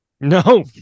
No